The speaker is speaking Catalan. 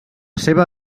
seva